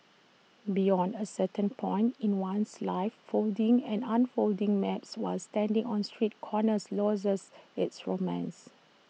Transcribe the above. beyond A certain point in one's life folding and unfolding maps while standing on street corners loses its romance